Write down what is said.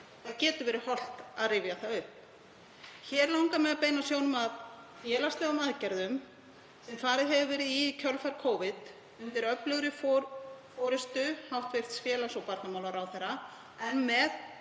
Það getur verið hollt að rifja upp. Hér langar mig að beina sjónum að félagslegum aðgerðum sem farið hefur verið í í kjölfar Covid undir öflugri forystu hæstv. félags- og barnamálaráðherra en með